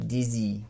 Dizzy